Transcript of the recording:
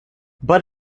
but